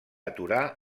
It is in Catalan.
aturar